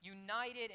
United